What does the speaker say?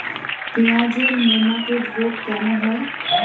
পেঁয়াজের নেমাটোড রোগ কেন হয়?